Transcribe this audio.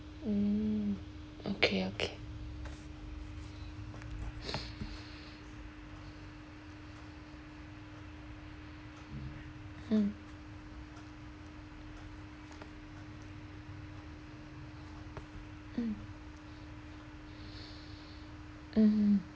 mm okay okay mm mm mm